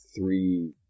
three